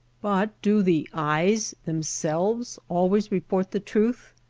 but do the eyes themselves always report the truth?